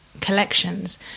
collections